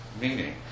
meaning